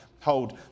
hold